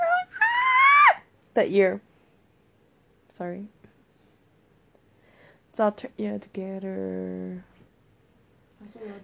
then like that 一半一半 already